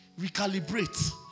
recalibrate